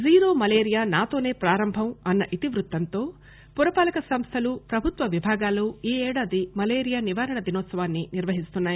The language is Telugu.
జీరో మలేరియా నాతోనే ప్రారంభం అన్న ఇతివృత్తంతో పురపాలక సంస్లలు ప్రభుత్వ విభాగాలు ఈ ఏడాది మలేరియా నివారణ దినోత్సవాన్ని నిర్వహిస్తున్నాయి